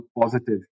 positive